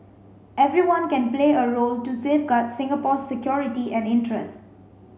everyone can play a role to safeguard Singapore's security and interest